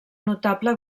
notable